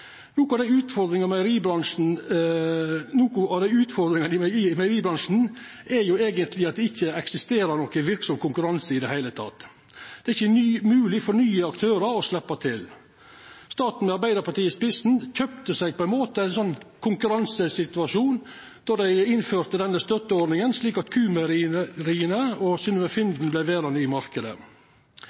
Noko av utfordringane i meieribransjen er eigentleg at det ikkje eksisterer nokon verksam konkurranse i det heile. Det er ikkje mogleg for nye aktørar å sleppa til. Staten med Arbeidarpartiet i spissen kjøpte seg på ein måte ein sånn konkurransesituasjon då dei innførte denne støtteordninga, slik at Q-meieria og Synnøve Finden vart verande i